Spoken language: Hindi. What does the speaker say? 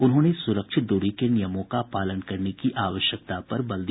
उन्होंने सुरक्षित दूरी के नियमों का पालन करने की आवश्यकता पर बल दिया